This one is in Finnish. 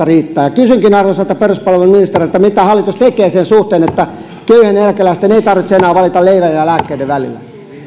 riittää kysynkin arvoisalta peruspalveluministeriltä mitä hallitus tekee sen suhteen että köyhien eläkeläisten ei tarvitse enää valita leivän ja lääkkeiden välillä